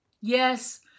Yes